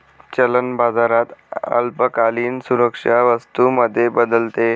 चलन बाजारात अल्पकालीन सुरक्षा वस्तू मध्ये बदलते